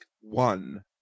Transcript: one